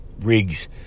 rigs